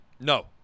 No